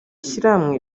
shyirahamwe